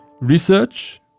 research